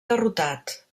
derrotat